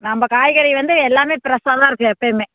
நம்ப காய்கறி வந்து எல்லாமே ப்ரெஷ்ஷாகதான் இருக்கும் எப்போயுமே